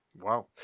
Wow